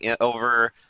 over